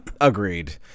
agreed